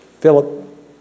Philip